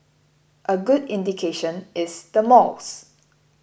a good indication is the malls